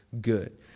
good